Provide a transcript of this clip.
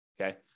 Okay